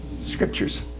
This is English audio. scriptures